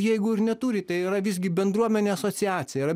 jeigu ir neturite yra visgi bendruomenė asociacija yra